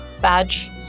badge